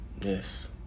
yes